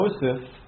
Joseph